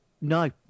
no